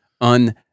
un-